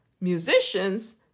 musicians